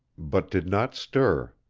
but did not stir.